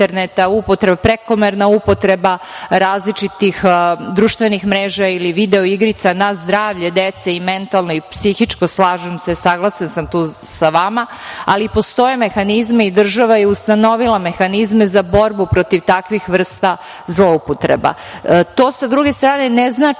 prekomerna upotreba različitih društvenih mreža ili video igrica na zdravlje dece, mentalno i psihičko. Slažem se i saglasna sam tu sa vama, ali postoje mehanizmi i država je ustanovila mehanizme za borbu protiv takvih vrsta zloupotreba. Sa druge strane, to ne znači